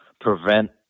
prevent